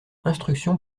instruction